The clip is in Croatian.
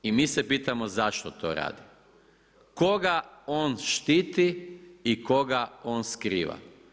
I mi se pitamo zašto to radi, koga on štiti i koga on skriva.